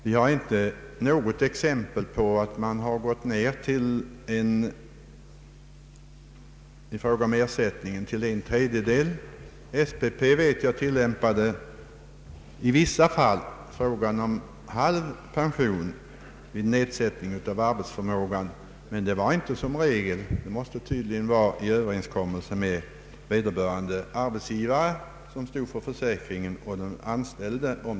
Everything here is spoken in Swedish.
Jag har inte något exempel på att man i fråga om ersättning har gått ned till en tredjedel. Jag vet att SPP i vissa fall tilllämpade halv pension vid nedsättning av arbetsförmågan, men det var inte som regel utan efter överenskommelse med vederbörande arbetsgivare, som stod för försäkringen, och den anställde.